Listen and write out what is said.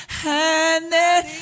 honey